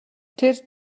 тэр